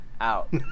out